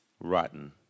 rotten